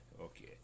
okay